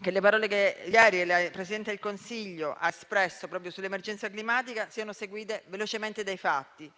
che le parole che ieri il Presidente del Consiglio ha espresso proprio sull'emergenza climatica siano seguite velocemente dai fatti.